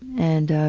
and